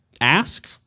ask